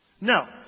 Now